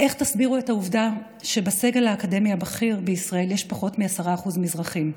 איך תסבירו את העובדה שבסגל האקדמי הבכיר בישראל יש פחות מ-10% מזרחים?